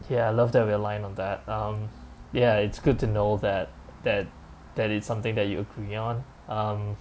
ya I love they're relying on that um ya it's good to know that that that it's something that you agree on um